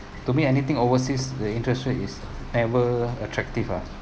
to me anything overseas the interest rate is never attractive ah